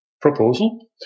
proposal